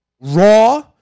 raw